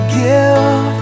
give